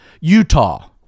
Utah